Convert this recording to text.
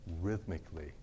rhythmically